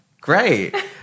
great